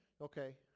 Okay